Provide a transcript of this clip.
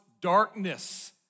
darkness